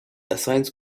assigns